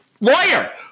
Lawyer